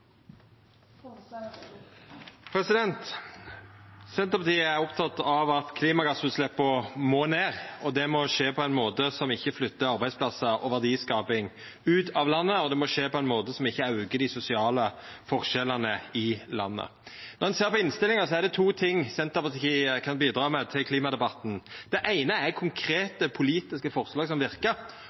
at klimagassutsleppa må ned. Det må skje på ein måte som ikkje flyttar arbeidsplassar og verdiskaping ut av landet, og det må skje på ein måte som ikkje aukar dei sosiale forskjellane i landet. Når ein ser på innstillinga, er det to ting Senterpartiet kan bidra med til klimadebatten. Den eine er konkrete politiske forslag som verkar,